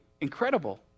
incredible